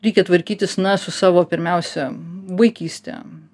reikia tvarkytis na su savo pirmiausia vaikyste